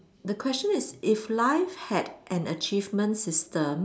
the question is if life had an achievement system